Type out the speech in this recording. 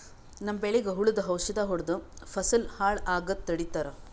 ನಮ್ಮ್ ಬೆಳಿಗ್ ಹುಳುದ್ ಔಷಧ್ ಹೊಡ್ದು ಫಸಲ್ ಹಾಳ್ ಆಗಾದ್ ತಡಿತಾರ್